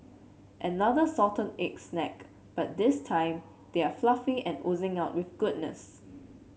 another salted egg snack but this time they are fluffy and oozing with goodness